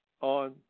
On